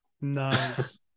Nice